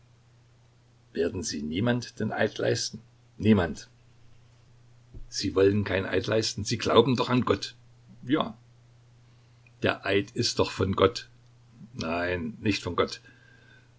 werden sie niemand den eid leisten niemand sie wollen keinen eid leisten sie glauben doch an gott ja der eid ist doch von gott nein nicht von gott